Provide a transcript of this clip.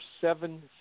seven